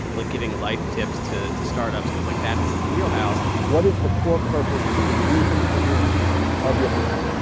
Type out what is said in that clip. like, giving life tips to to startups because, like, that is his wheelhouse what is the core purpose and reason for being of your business?